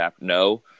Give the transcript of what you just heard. No